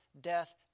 death